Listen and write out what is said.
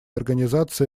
организации